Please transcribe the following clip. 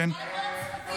מה עם כל הצוותים?